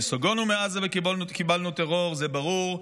נסוגונו מעזה וקיבלנו טרור, זה ברור.